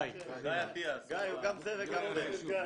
גיא, הוא גם זה וגם זה.